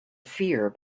fear